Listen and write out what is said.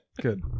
Good